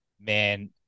Man